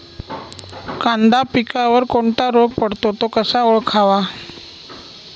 कांदा पिकावर कोणता रोग पडतो? तो कसा ओळखावा?